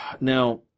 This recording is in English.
Now